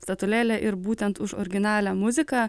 statulėlę ir būtent už originalią muziką